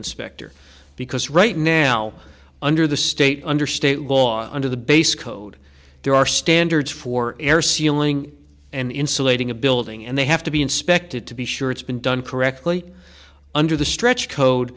inspector because right now under the state under state law under the base code there are standards for air sealing and insulating a building and they have to be inspected to be sure it's been done correctly under the stretch code